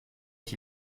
qui